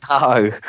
No